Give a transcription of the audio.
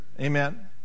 Amen